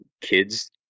kids